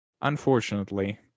Unfortunately